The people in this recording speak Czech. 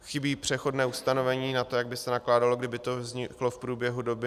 Chybí přechodné ustanovení na to, jak by se nakládalo, kdyby to vzniklo v průběhu doby.